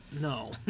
No